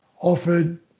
offered